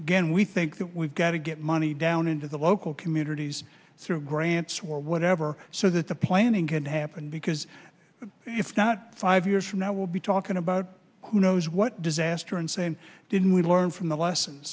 again we think that we've got to get money down into the local communities through grants where whatever so that the planning can happen because if not five years from now we'll be talking about who knows what disaster and saying didn't we learn from the lessons